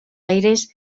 aires